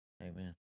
Amen